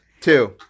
Two